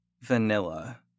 Vanilla